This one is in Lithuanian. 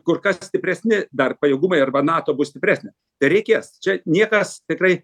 kur kas stipresni dar pajėgumai arba nato bus stipresnė tai reikės čia niekas tikrai